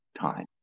time